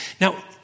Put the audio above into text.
Now